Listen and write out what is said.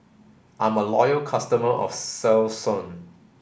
I'm a loyal customer of Selsun